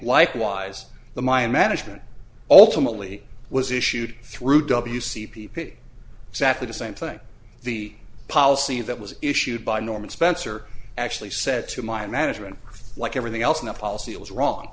likewise the mine management ultimately was issued through w c p p exactly the same thing the policy that was issued by norman spencer actually said to mine management like everything else in the policy was wrong